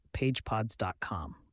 pagepods.com